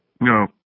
No